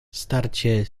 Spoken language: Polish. starcie